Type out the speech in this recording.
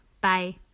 Bye